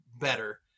better